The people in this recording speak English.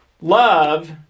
love